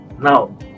now